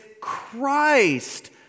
Christ